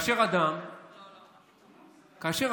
כאשר